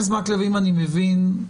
אם אני מבין,